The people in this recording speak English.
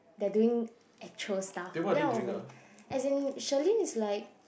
they are doing actual stuff then I over there as in Shirlyn is like